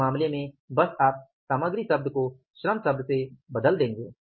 इस मामले में बस आप सामग्री शब्द को श्रम शब्द से बदल देंगे